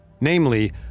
Namely